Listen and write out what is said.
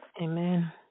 Amen